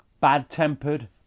bad-tempered